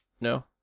No